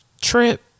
trip